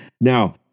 Now